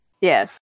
Yes